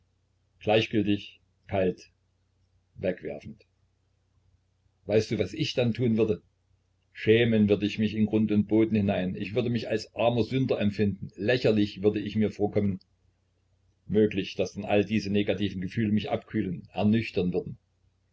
gleichgültig kalt wegwerfend weißt du was ich dann tun würde schämen würd ich mich in grund und boden hinein ich würde mich als armer sünder empfinden lächerlich würd ich mir vorkommen möglich daß dann alle diese negativen gefühle mich abkühlen ernüchtern würden